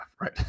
right